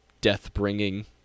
death-bringing